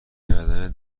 کردن